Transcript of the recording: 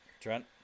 Trent